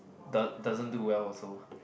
doe~ doesn't do well also